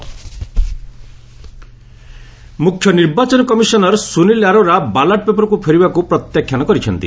ଡବୁବି CEC ମୁଖ୍ୟ ନିର୍ବାଚନ କମିଶନର ସୁନୀଲ ଆରୋରା ବାଲାଟ୍ ପେପରକୁ ଫେରିବାକୁ ପ୍ରତ୍ୟାଖ୍ୟାନ କରିଛନ୍ତି